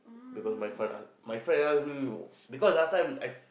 because my friend ask my friend ask me because last time I